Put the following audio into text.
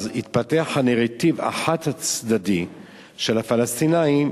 התפתח הנרטיב החד-צדדי של הפלסטינים,